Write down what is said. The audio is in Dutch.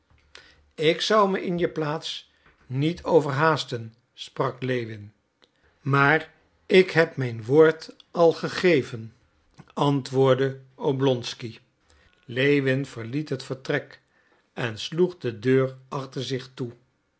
ik zou me in je plaats niet overhaasten sprak lewin maar ik heb mijn woord al gegeven antwoordde oblonsky lewin verliet het vertrek en sloeg de deur achter zich toe